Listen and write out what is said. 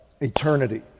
eternity